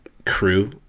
crew